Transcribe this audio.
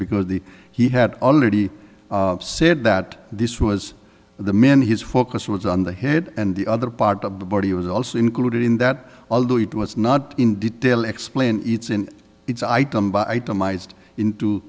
because the he had already said that this was the men his focus was on the head and the other part of the body was also included in that although it was not in detail explain its in its item by item ised into